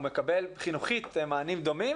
הוא מקבל חינוכית מענים דומים,